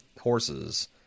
horses